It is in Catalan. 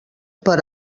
per